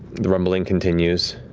the rumbling continues.